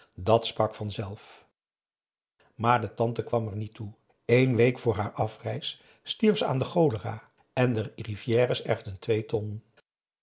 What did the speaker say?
dàt sprak vanzelf maar de tante kwam er niet toe een week vr haar afreis stierf ze aan de cholera en de rivières erfden twee ton